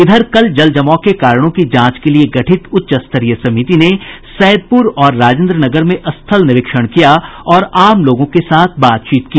इधर कल जल जमाव के कारणों की जांच के लिए गठित उच्चस्तरीय समिति ने सैदपुर और राजेन्द्र नगर में स्थल निरीक्षण किया और आम लोगों के साथ बातचीत की